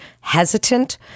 hesitant